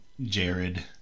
Jared